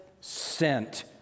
sent